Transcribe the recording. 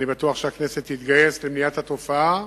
ואני בטוח שהכנסת תתגייס למניעת התופעה,